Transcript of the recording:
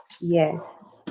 Yes